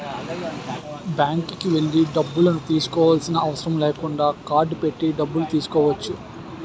బ్యాంక్కి వెళ్లి డబ్బులను తీసుకోవాల్సిన అవసరం లేకుండా కార్డ్ పెట్టి డబ్బులు తీసుకోవచ్చు